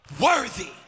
worthy